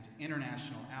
international